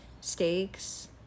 steaks